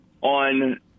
on